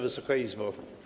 Wysoka Izbo!